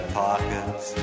pockets